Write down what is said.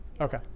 Okay